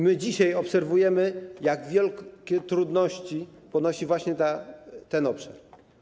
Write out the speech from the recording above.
My dzisiaj obserwujemy, jak wielkie trudności napotyka właśnie ten obszar.